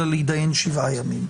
אלא להתדיין שבעה ימים.